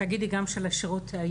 תגידי גם של השירות.